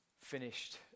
finished